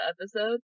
episode